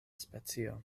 specio